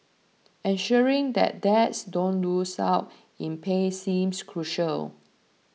ensuring that dads don't lose out in pay seems crucial